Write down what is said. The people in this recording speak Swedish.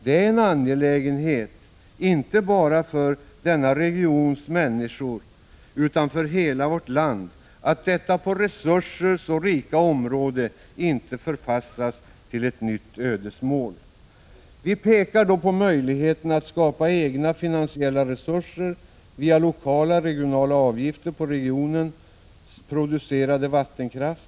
Det är en angelägenhet, inte bara för denna regions människor utan för hela vårt land, att detta på resurser så rika område inte förpassas till ett nytt ödesmål. Vi visar på möjligheten att skapa egna finansiella resurser via lokala och regionala avgifter på i regionen producerad vattenkraft.